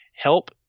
Help